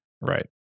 Right